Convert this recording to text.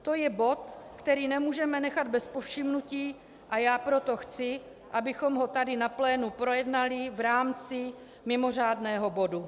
To je bod, který nemůžeme nechat bez povšimnutí, a já proto chci, abychom ho tady na plénu projednali v rámci mimořádného bodu.